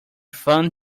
fun